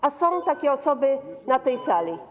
A są takie osoby na tej sali.